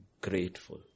grateful